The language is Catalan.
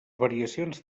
variacions